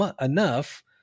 enough